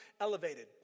elevated